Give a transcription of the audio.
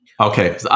Okay